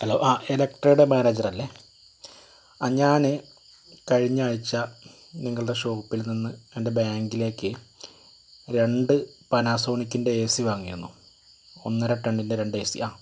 hello ആ ഇലക്ട്രോടെ മാനേജരല്ലേ ആ ഞാന് കഴിഞ്ഞ ആഴ്ച്ച നിങ്ങളുടെ ഷോപ്പിൽനിന്ന് എൻ്റെ ബാങ്കിലേക്ക് രണ്ട് പനാസോണിക്കിൻ്റെ ഏ സി വാങ്ങിയിരുന്നു ഒന്നര ട്ടണ്ണിൻ്റെ രണ്ട് ഏ സി ആ